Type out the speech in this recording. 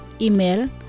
Email